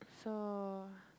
so